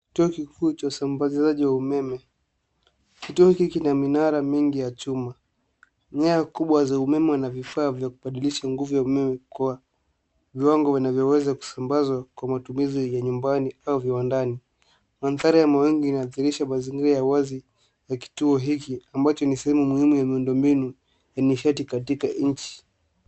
Kituo kikuu cha usambazaji wa umeme, kituo hiki kina minara mingi ya chuma. Nyaya kubwa za umeme na vifaa vya kubadilisha nguvu ya umeme kwa viwango vinavyo weza kusambazwa kwa matumizi ya nyumbani au viwandani. Mandhari ya mawingu ina hadhirisha mazingira ya wazi ya kituo hiki ambacho ni sehemu muhimu ya miundombinu ya nishati katika nchi.